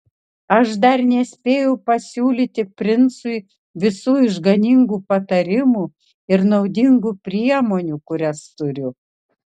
aš dar nespėjau pasiūlyti princui visų išganingų patarimų ir naudingų priemonių kurias turiu